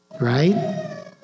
right